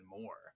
more